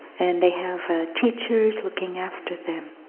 and they have teachers looking after them.